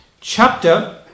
Chapter